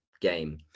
game